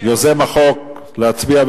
יוזם החוק, להצביע.